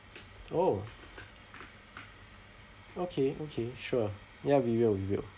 oh okay okay sure ya we will we will